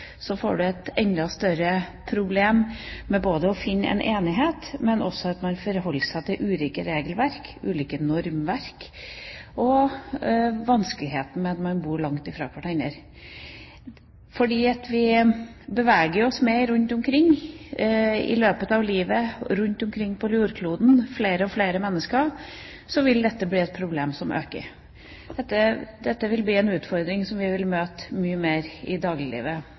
får man et enda større problem med å komme til enighet, man forholder seg til ulike regelverk, ulike normverk, og man har vanskeligheter siden man bor langt ifra hverandre. Fordi vi beveger oss mer rundt omkring på jordkloden i løpet av livet, flere og flere mennesker, vil dette bli et problem som øker. Dette vil bli en utfordring som vi vil møte mye mer i